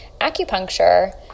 acupuncture